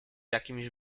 jakimś